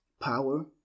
power